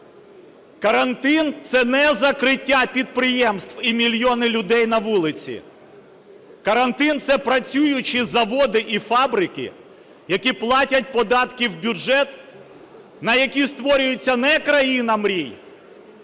Карантин – це не закриття підприємств і мільйони людей на вулиці, карантин – це працюючі заводи і фабрики, які платять податки в бюджет, на які створюється не країна мрій,